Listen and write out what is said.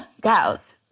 girls